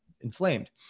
inflamed